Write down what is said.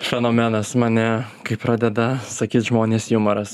fenomenas mane kai pradeda sakyt žmonės jumoras